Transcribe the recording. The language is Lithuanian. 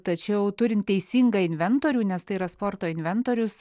tačiau turint teisingą inventorių nes tai yra sporto inventorius